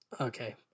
okay